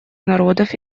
народов